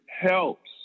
helps